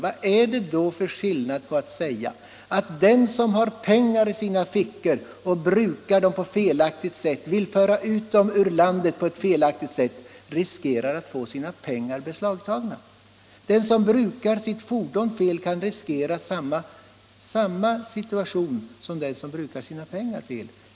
Vad är det för skillnad mellan detta och att den som har pengar i sina fickor och vill föra ut dem ur landet på ett felaktigt sätt riskerar att få sina pengar beslagtagna? Den som brukar sitt fordon fel skall, menar jag, riskera att komma i samma situation som de som brukar sina pengar fel. Här gäller det allvarliga brott.